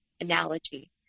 analogy